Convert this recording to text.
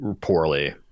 poorly